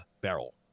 barrel